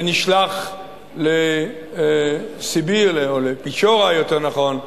ונשלח לסיביר, לפיצ'ורה, יותר נכון,